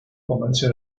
comercio